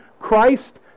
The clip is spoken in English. Christ